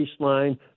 baseline